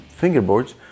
fingerboards